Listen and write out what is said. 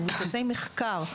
מבוססי מחקר,